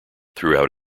throughout